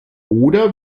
oder